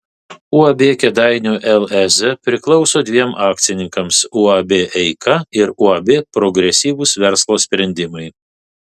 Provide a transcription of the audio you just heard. uab kėdainių lez priklauso dviem akcininkams uab eika ir uab progresyvūs verslo sprendimai